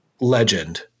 legend